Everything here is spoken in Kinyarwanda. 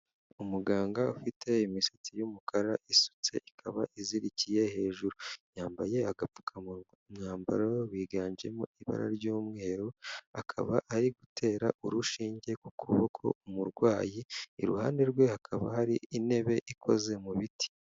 Umuganga ufite imisatsi y'umukara isutse ikaba izirikiye hejuru, yambaye agapfukamunwa, umwambaro wiganjemo ibara ry'umweru akaba ari gutera urushinge ku kuboko umurwayi, iruhande rwe hakaba hari intebe ikoze mu biti.